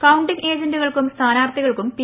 counting ഏജന്റുകൾക്കും സ്ഥാനാർത്ഥികൾക്കും P